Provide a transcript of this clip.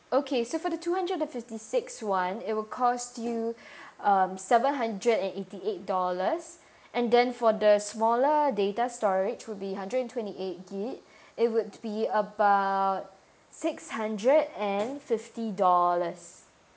okay so for the two hundred and fifty six [one] it will cost you um seven hundred and eighty eight dollars and then for the smaller data storage will be hundred and twenty eight gigabyte it would be about six hundred and fifty dollars